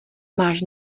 máš